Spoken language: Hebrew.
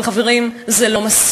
אבל, חברים, זה לא מספיק.